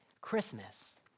Christmas